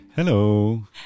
Hello